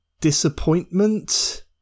disappointment